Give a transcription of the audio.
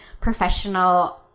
professional